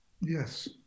yes